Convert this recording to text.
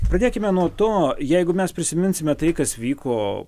pradėkime nuo to jeigu mes prisiminsime tai kas vyko